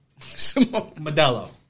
Modelo